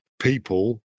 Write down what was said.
people